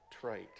trite